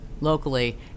locally